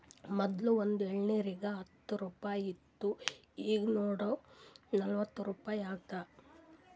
ಮೊದ್ಲು ಒಂದ್ ಎಳ್ನೀರಿಗ ಹತ್ತ ರುಪಾಯಿ ಇತ್ತು ಈಗ್ ನೋಡು ನಲ್ವತೈದು ರುಪಾಯಿ ಆಗ್ಯಾದ್